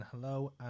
hello